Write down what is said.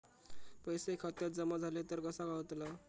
पैसे खात्यात जमा झाले तर कसा कळता?